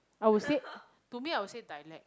I would said to me I would say dialect